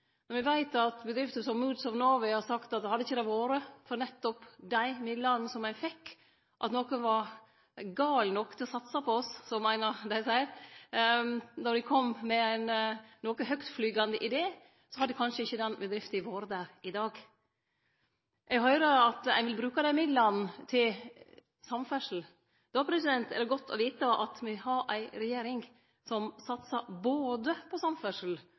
når ein snakkar opp og snakkar positivt om kutt i regionale utviklingsmidlar, kor viktig desse midlane er for næringsutvikling. Me veit at bedrifter som Moods of Norway har sagt at hadde det ikkje vore for nettopp desse midlane som dei fekk – at nokon var galne nok til å satse på oss, som ein av dei seier, då dei kom med ein noko høgtflygande idé – hadde kanskje ikkje bedrifta vore der i dag. Eg høyrer at ein vil bruke desse midlane til samferdsle. Då er det godt å vite at me har ei